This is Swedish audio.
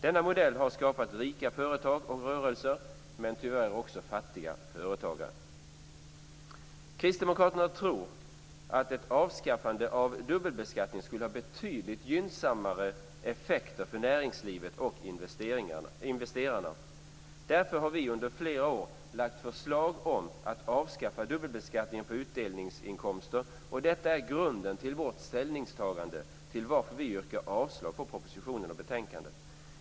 Denna modell har skapat rika företag och rörelser men tyvärr också fattiga företagare. Kristdemokraterna tror att ett avskaffande av dubbelbeskattningen skulle ha betydligt gynnsammare effekter för näringslivet och investerarna. Därför har vi under flera år lagt förslag om att avskaffa dubbelbeskattningen på utdelningsinkomster, och detta är grunden till vårt ställningstagande att yrka avslag på propositionen och utskottets hemställan.